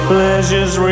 Pleasures